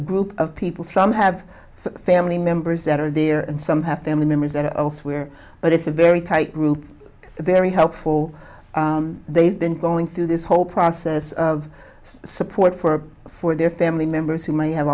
group of people some have family members that are there and some have family members that all swear but it's a very tight group they're helpful they've been going through this whole process of support for for their family members who may have